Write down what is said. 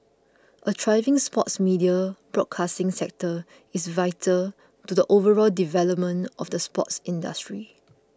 a thriving sports media broadcasting sector is vital to the overall development of the sports industry